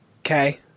Okay